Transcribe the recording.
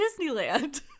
disneyland